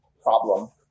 problem